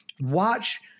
Watch